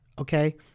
Okay